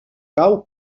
cau